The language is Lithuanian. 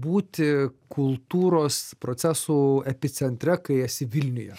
būti kultūros procesų epicentre kai esi vilniuje